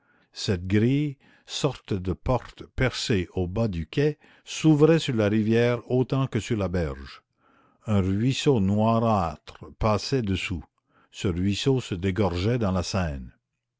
cette grille sorte de porte percée au bas du quai s'ouvrait sur la rivière autant que sur la berge un ruisseau noirâtre passait dessous ce ruisseau se dégorgeait dans la seine